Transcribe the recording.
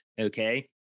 okay